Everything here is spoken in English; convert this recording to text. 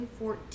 2014